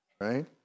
Right